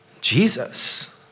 Jesus